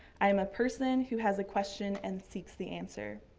i am a person who has a question and seeks the answer.